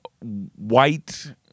white